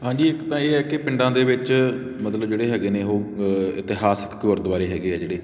ਹਾਂਜੀ ਇੱਕ ਤਾਂ ਇਹ ਹੈ ਕਿ ਪਿੰਡਾਂ ਦੇ ਵਿੱਚ ਮਤਲਬ ਜਿਹੜੇ ਹੈਗੇ ਨੇ ਉਹ ਇਤਿਹਾਸਿਕ ਗੁਰਦੁਆਰੇ ਹੈਗੇ ਆ ਜਿਹੜੇ